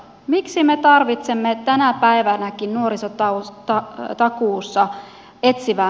miksi me tarvitsemme tänä päivänäkin nuorisotakuussa etsivää nuorisotyötä